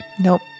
Nope